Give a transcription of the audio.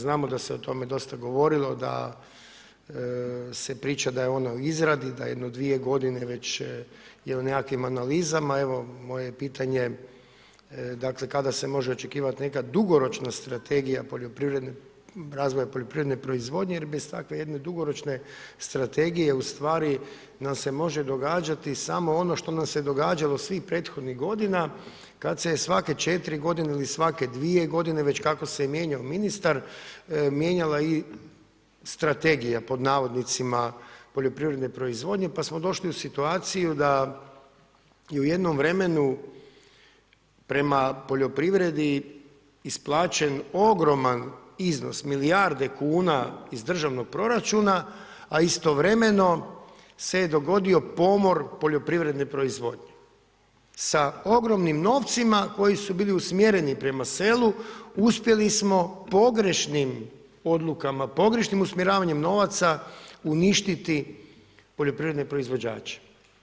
Znamo da se o tome dosta govorilo da se priča da je ona u izradi, da jedno dvije godine već je u nekakvim analizama, evo moje pitanje dakle kada se može očekivat neka dugoročna strategija razvoja poljoprivredne proizvodnje jer bez takve jedne dugoročne strategije ustvari nam se može događati samo ono što nam se događalo svih prethodnih godina kad se svake 4 godine ili svake dvije godine, već kako se mijenjao ministar mijenjala i strategija poljoprivredne proizvodnje pa smo došli u situaciju da je u jednom vremenu prema poljoprivredi isplaćen ogroman iznos, milijarde kuna iz državnog proračuna, a istovremeno se dogodio pomor poljoprivredne proizvodnje, sa ogromnim novcima koji su bili usmjereni prema selu uspjeli smo pogrešnim odlukama, pogrešnim usmjeravanjem novaca uništiti poljoprivredne proizvođače.